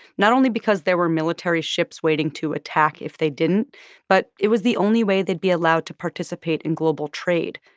not only because there were military ships waiting to attack if they didn't but it was the only way they'd be allowed to participate in global trade.